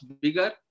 bigger